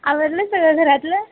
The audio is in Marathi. आवरलं सगळं घरातलं